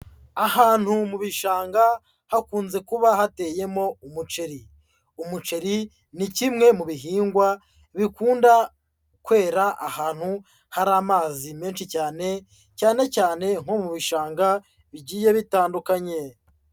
Ahantu mu bishanga, hakunze kuba hateyemo umuceri. Umuceri ni kimwe mu bihingwa bikunda kwera ahantu hari amazi menshi cyane, cyane cyane nko mu bishanga bigiye bitandukanye.